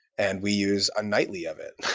and we use a nightly of it.